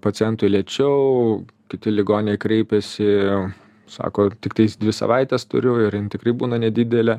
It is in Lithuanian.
pacientui lėčiau kiti ligoniai kreipiasi sako tiktais dvi savaites turiu ir jin tikrai būna nedidelė